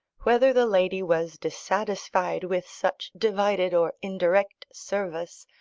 whether the lady was dissatisfied with such divided or indirect service,